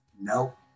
Nope